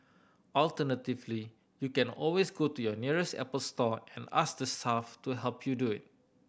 alternatively you can always go to your nearest Apple store and ask the staff to help you do it